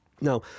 Now